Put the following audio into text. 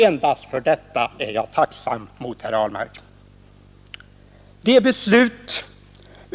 Endast för detta är jag tacksam mot herr Ahlmark.